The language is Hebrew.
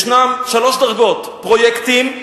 יש שלוש דרגות: פרויקטים,